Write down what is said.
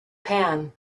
pan